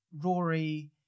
Rory